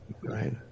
right